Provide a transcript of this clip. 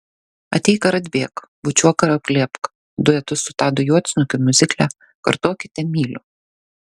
ateik ar atbėk bučiuok ir apglėbk duetu su tadu juodsnukiu miuzikle kartokite myliu